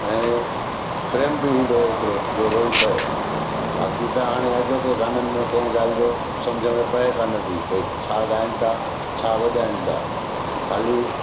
ऐं प्रेम बि हूंदो हुयो एतिरो जो रोई पिए बाक़ी त हाणे अॼो कंहिं गाननि में कंहिं ॻाल्हि जो समुझ में पिए कानि थी भई छा ॻाइनि था छा वॼाइनि था ख़ाली